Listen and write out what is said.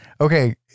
Okay